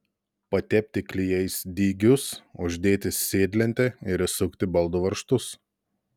patepti klijais dygius uždėti sėdlentę ir įsukti baldų varžtus